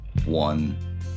one